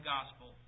Gospel